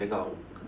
they got